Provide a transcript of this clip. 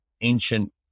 ancient